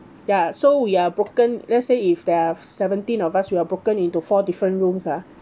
ya so we are broken let's say if there are seventeen of us we are broken into four different rooms ah